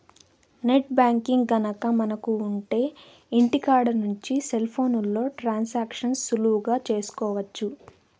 net banking గనక మనకు ఉంటె ఇంటికాడ నుంచి సెల్ ఫోన్లో ట్రాన్సాక్షన్స్ సులువుగా చేసుకోవచ్చు